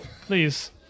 please